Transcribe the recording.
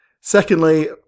Secondly